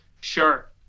Sure